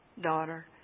daughter